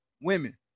women